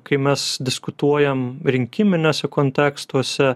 kai mes diskutuojam rinkiminiuose kontekstuose